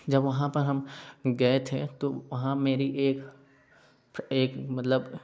जा वहाँ पर हम गए थे तो वहाँ मेरी एक एक मतलब